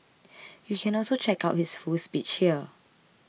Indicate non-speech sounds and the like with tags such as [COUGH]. [NOISE] you can also check out his full speech here